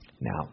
Now